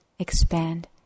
Expand